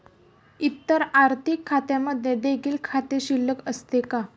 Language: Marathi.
इतर आर्थिक खात्यांमध्ये देखील खाते शिल्लक असते का?